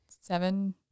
seven